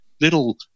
little